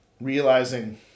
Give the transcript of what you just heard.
realizing